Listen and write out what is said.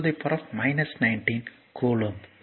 602 10 19 coulomb